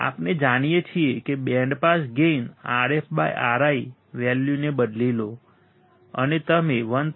આપણે જાણીએ છીએ કે બેન્ડ પાસ ગેઇનRfRi વેલ્યુને બદલી લો અને તમે 1